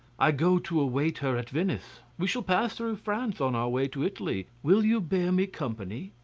i go to await her at venice. we shall pass through france on our way to italy. will you bear me company?